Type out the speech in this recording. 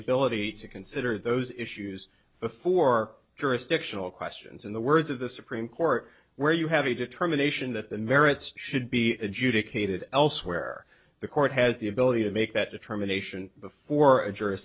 ability to consider those issues before jurisdictional questions in the words of the supreme court where you have a determination that the merits should be adjudicated elsewhere the court has the ability to make that determination before a jur